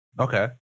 Okay